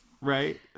Right